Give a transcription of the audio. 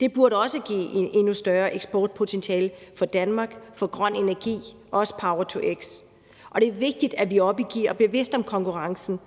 Det burde også give et endnu større eksportpotentiale for Danmark for grøn energi og også power-to-x, og det er vigtigt, at vi er oppe i gear og er bevidst om konkurrencen.